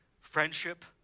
friendship